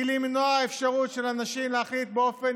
היא למנוע אפשרות של אנשים להחליט באופן